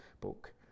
book